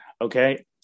Okay